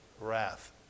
wrath